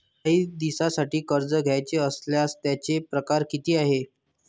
कायी दिसांसाठी कर्ज घ्याचं असल्यास त्यायचे परकार किती हाय?